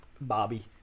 Bobby